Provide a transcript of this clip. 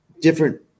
different